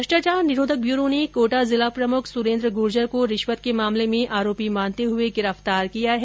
भ्रष्टाचार निरोधक ब्यूरो ने कोटा जिला प्रमुख सुरेंद्र ग़र्जर को रिश्वत के मामले में आरोपी मानते हए गिरफ्तार किया है